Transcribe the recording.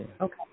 Okay